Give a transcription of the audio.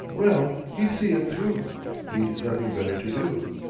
well, he'd see it through he'd nothing better to do,